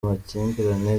makimbirane